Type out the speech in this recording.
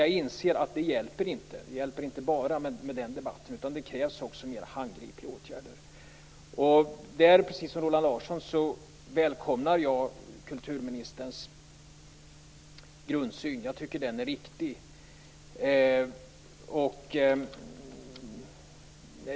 Jag inser dock att det inte hjälper med enbart den debatten. Det krävs också mera handgripliga åtgärder. Därför välkomnar jag, precis som Roland Larsson gör, kulturministerns grundsyn, som jag tycker är riktig.